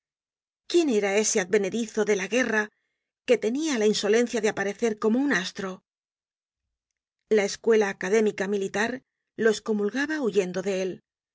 quién era ese advenedizo de la guerra que tenia la insolencia de aparecer como un astro la escuela académica militar lo escomulgaba huyendo de él